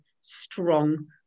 strong